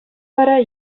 вара